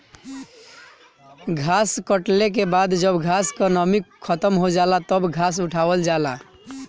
घास कटले के बाद जब घास क नमी खतम हो जाला तब घास उठावल जाला